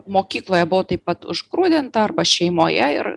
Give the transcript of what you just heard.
mokykloje buvau taip pat užgrūdinta arba šeimoje ir